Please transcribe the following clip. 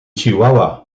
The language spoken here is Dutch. chihuahua